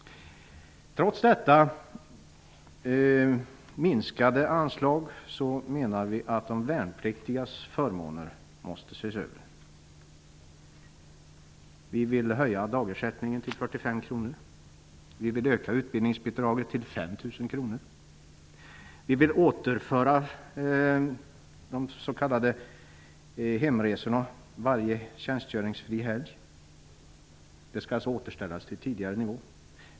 Trots detta minskade anslag menar vi att de värnpliktigas förmåner måste ses över. Vi vill höja dagersättningen till 45 kr. Vi vill öka utbildningsbidraget till 5 000 kr. Vi vill återinföra hemresorna varje tjänstgöringsfri helg. Det skall alltså återställas till tidigare nivå.